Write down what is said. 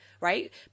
right